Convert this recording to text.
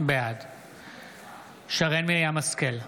בעד שרן מרים השכל,